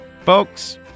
Folks